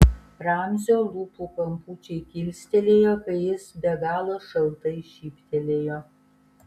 ramzio lūpų kampučiai kilstelėjo kai jis be galo šaltai šyptelėjo